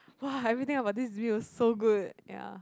!wah! everything about this view is so good ya